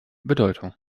bedeutung